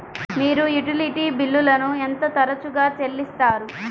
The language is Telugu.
మీరు యుటిలిటీ బిల్లులను ఎంత తరచుగా చెల్లిస్తారు?